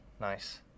Nice